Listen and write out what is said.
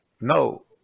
No